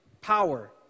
power